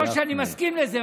לא שאני מסכים לזה,